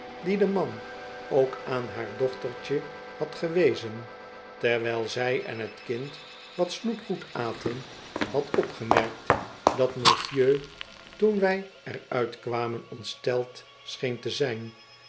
die den man ook aan haar dochtertje had gewezen terwijl zij en t kind wat snoepgoed aten had opgemerkt dat monsieur toon wij er uit kwamen ongesteld scheen te zijn